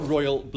Royal